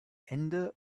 ende